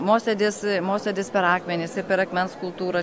mosėdis mosėdis per akmenis ir per akmens kultūrą